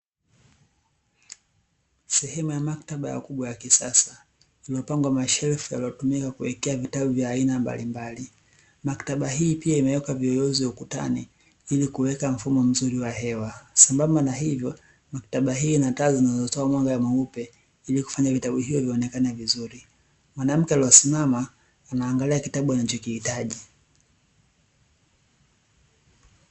Sehemu ya maktaba ya ya kisasa, iliyopangwa mashelfu yanayotumika kuwekea vitabu vya aina mbalimbali. Maktaba hii pia imewekwa viyoyozi ukutani ili kuweka mfumo mzuri wa hewa, sambamba na hilo maktaba hii ina taa zinazotoa mwanga mweupe ili kufanya vitabu hivyo vionekane vizuri, mwanamke aliyesimama anaangalia kitabu anachokihitaji.